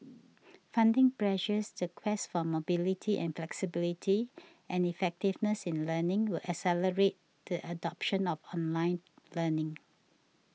funding pressures the quest for mobility and flexibility and effectiveness in learning will accelerate the adoption of online learning